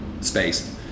space